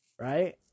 Right